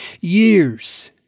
years